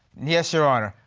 yes, your honor.